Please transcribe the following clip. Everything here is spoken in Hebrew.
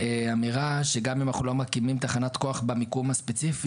אמירה שגם אם אנחנו לא מקימים תחנת כוח במיקום הספציפי,